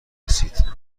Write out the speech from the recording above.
رسید